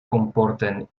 comporten